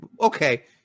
okay